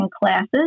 classes